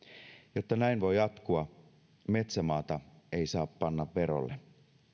jotta näin voi jatkua metsämaata ei saa panna verolle